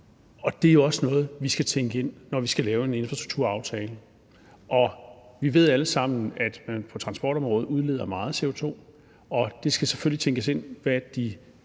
Det er også noget, vi skal tænke ind, når vi skal lave en infrastrukturaftale. Vi ved alle sammen, at man på transportområdet udleder meget CO2, og det skal selvfølgelig tænkes ind i det,